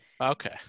Okay